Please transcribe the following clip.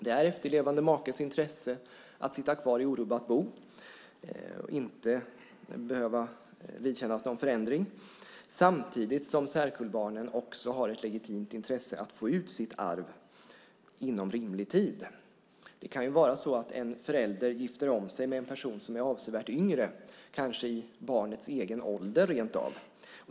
Det är i efterlevande makes intresse att sitta kvar i orubbat bo och inte behöva vidkännas någon förändring. Samtidigt har också särkullbarnen ett legitimt intresse av att få ut sitt arv inom rimlig tid. Det kan ju vara så att en förälder gifter om sig med en person som är avsevärt yngre - kanske rentav i barnets egen ålder.